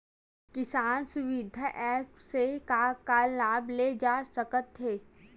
किसान सुविधा एप्प से का का लाभ ले जा सकत हे?